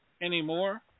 anymore